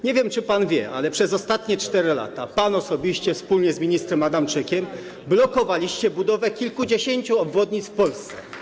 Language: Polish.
Nie wiem, czy pan wie, ale przez ostatnie 4 lata pan osobiście wspólnie z ministrem Adamczykiem blokowaliście budowę kilkudziesięciu obwodnic w Polsce.